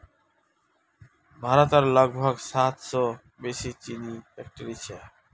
भारतत लगभग सात सौ से बेसि चीनीर फैक्ट्रि छे